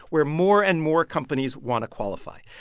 where more and more companies want to qualify.